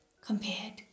compared